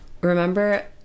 Remember